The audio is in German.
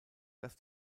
dass